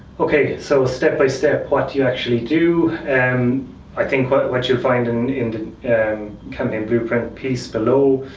okay, so, step by step, what you actually do. and i think what what you'll find and in and kind of the blueprint piece below,